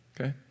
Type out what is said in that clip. Okay